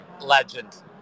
legend